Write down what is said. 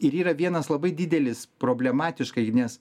ir yra vienas labai didelis problematiškai nes